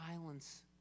violence